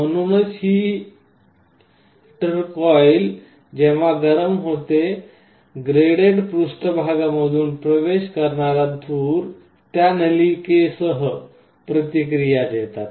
म्हणूनच heater coil जेव्हा गरम होते ग्रेडेड पृष्ठभागामधून प्रवेश करणारा धूर त्या नलिकांसह प्रतिक्रिया देतात